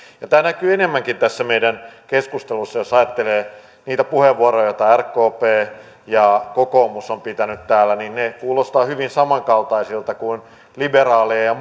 tämä näkyy enemmänkin tässä meidän keskustelussamme jos ajattelee niitä puheenvuoroja joita rkp ja kokoomus ovat pitäneet täällä niin ne kuulostavat hyvin samankaltaisilta kuin liberaalien ja